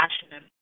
passionate